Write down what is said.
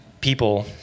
people